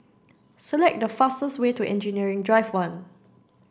select the fastest way to Engineering Drive One